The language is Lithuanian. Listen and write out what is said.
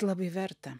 labai verta